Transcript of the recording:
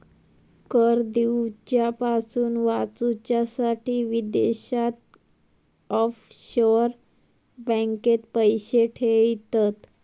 कर दिवच्यापासून वाचूच्यासाठी विदेशात ऑफशोअर बँकेत पैशे ठेयतत